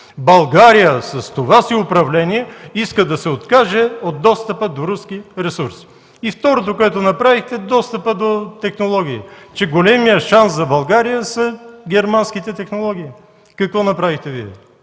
България с това си управление иска да се откаже от достъпа до руски ресурси. И второто, което направихте – достъпът до технологии, че големият шанс за България са германските технологии. Какво направихте Вие?